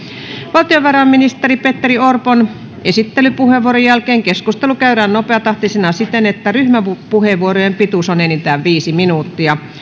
valtiovarainministeri petteri orpon esittelypuheenvuoron jälkeen keskustelu käydään nopeatahtisena siten että ryhmäpuheenvuorojen pituus on enintään viisi minuuttia